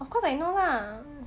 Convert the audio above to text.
no of course I know lah